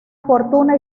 fortuna